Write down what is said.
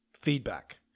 feedback